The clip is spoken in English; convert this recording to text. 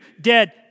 dead